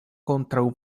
kontraŭ